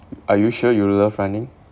are you sure you love running